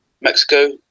Mexico